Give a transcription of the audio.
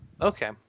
Okay